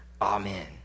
Amen